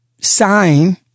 sign